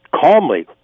calmly